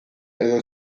edo